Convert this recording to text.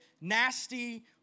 nasty